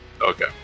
Okay